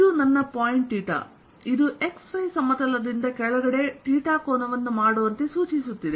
ಇದು ನನ್ನ ಪಾಯಿಂಟ್ ಇದು XY ಸಮತಲದಿಂದಕೆಳಗಡೆಕೋನವನ್ನು ಮಾಡುವಂತೆ ಸೂಚಿಸುತ್ತಿದೆ